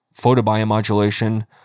photobiomodulation